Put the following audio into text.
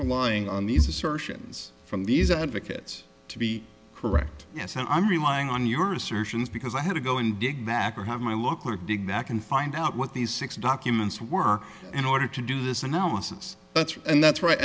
relying on these assertions from these advocates to be correct yes i'm relying on your assertions because i had to go and dig back or have my law clerk dig back and find out what these six documents were in order to do this analysis and that's